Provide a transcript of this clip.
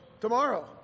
tomorrow